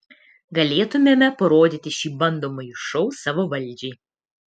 galėtumėme parodyti šį bandomąjį šou savo valdžiai